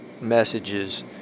messages